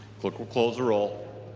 clerk will close the roll.